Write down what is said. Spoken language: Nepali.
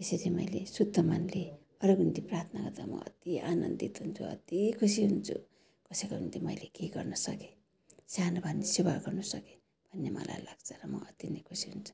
यसरी मैले शुद्ध मनले अरूको निम्ति प्रार्थना गर्दा म अति आनन्दित हुन्छु अति खुसी हुन्छु कसैको निम्ति मैले के गर्न सकेँ सानो भए पनि सेवा गर्नु सकेँ भन्ने मलाई लाग्छ र म अति नै खुसी हुन्छु